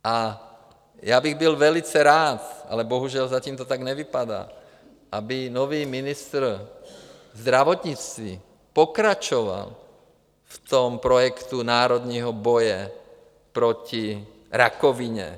A já bych byl velice rád, ale bohužel zatím to tak nevypadá, aby nový ministr zdravotnictví pokračoval v tom projektu národního boje proti rakovině.